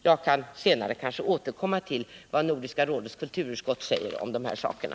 Jag kanske senare kan återkomma till vad Nordiska rådets kulturutskott säger om de här sakerna.